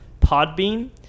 Podbean